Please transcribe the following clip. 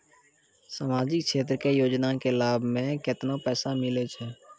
समाजिक क्षेत्र के योजना के लाभ मे केतना पैसा मिलै छै?